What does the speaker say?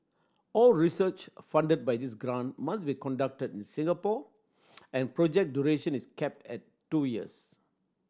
all research funded by this grant must be conducted in Singapore and project duration is capped at two years